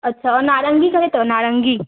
अच्छा ऐं नारंगी घणे अथव नारंगी